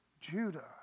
Judah